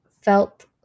felt